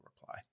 reply